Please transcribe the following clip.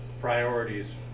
priorities